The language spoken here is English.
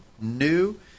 new